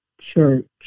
church